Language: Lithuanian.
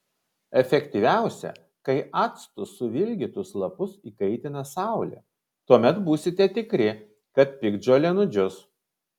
efektyviausia kai actu suvilgytus lapus įkaitina saulė tuomet būsite tikri kad piktžolė nudžius